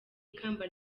ikamba